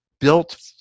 built